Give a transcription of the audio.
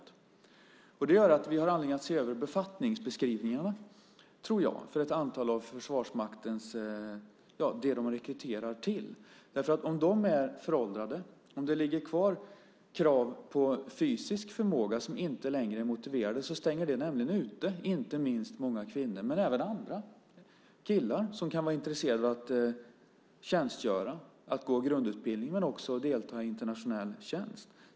Det gör att jag tror att vi har anledning att se över befattningsbeskrivningarna för det Försvarsmakten rekryterar till. Om de är föråldrade, om det ligger kvar krav på fysisk förmåga som inte längre är motiverade, stänger det ute inte minst många kvinnor men även andra killar som kan vara intresserade av att tjänstgöra, gå grundutbildning och delta i internationell tjänst.